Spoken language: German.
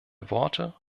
worte